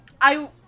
I-